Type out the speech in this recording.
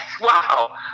Wow